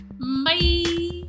Bye